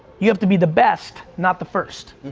you have to be the best, not the first,